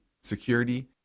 security